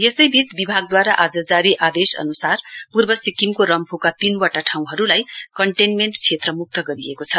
स्वास्थ्य विभागद्वारा आज जारी आदेश अनुसार पूर्व जिल्लाको रम्फूका तीनवटा ठाउँहरूलाई कन्टेनमेन्ट क्षेत्र मुक्त गरिएको छ